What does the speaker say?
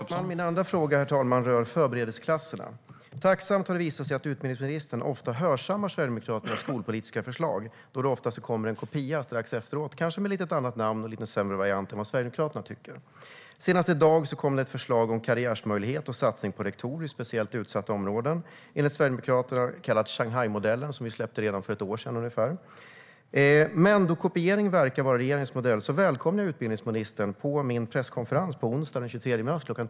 Herr talman! Min andra fråga, herr talman, rör förberedelseklasserna. Tacksamt har det visat sig utbildningsministern ofta hörsammar Sverigedemokraternas skolpolitiska förslag, då det oftast kommer en kopia strax efteråt, kanske med ett lite annat namn och i lite sämre variant än Sverigedemokraternas. Senast i dag kom det ett förslag om karriärmöjligheter och satsning på rektorer i speciellt utsatta områden, enligt Sverigedemokraterna kallat Shanghaimodellen, som vi släppte redan för ungefär ett år sedan. Men då kopiering verkar vara regeringens modell välkomnar jag utbildningsministern på min presskonferens på onsdag den 23 mars kl.